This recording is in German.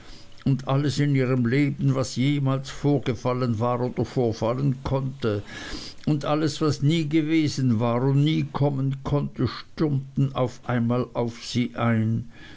und alles in ihrem leben was jemals vorgefallen war oder vorfallen konnte und alles was nie gewesen war und nie kommen konnte stürmten auf einmal auf sie ein